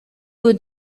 would